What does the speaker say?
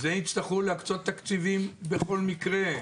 לזה יצטרכו להקצות תקציבים בכל מקרה.